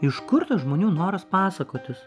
iš kur tas žmonių noras pasakotis